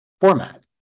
format